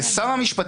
אבל אני מנסה להבין,